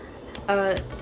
uh